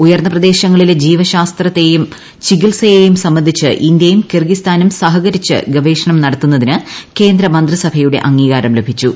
ഉയർന്ന പ്രദേശങ്ങളിലെ ജീവശാസ്ത്രത്തെയും ചികിത്സയേയും സംബന്ധിച്ച് ഇന്ത്യയും കിർഗിസ്ഥാനും സഹകരിച്ച് ഗവേഷണം നടത്തുന്നതിന് കേന്ദ്രമന്ത്രിസഭയുടെ അംഗീകാരം ലഭിച്ചു